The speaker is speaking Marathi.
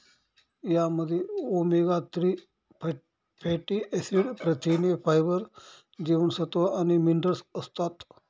यामध्ये ओमेगा थ्री फॅटी ऍसिड, प्रथिने, फायबर, जीवनसत्व आणि मिनरल्स असतात